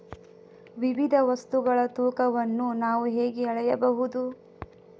ವಿವಿಧ ವಸ್ತುಗಳ ತೂಕವನ್ನು ನಾವು ಹೇಗೆ ಅಳೆಯಬಹುದು?